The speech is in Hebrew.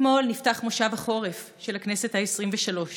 אתמול נפתח מושב החורף של הכנסת העשרים-ושלוש,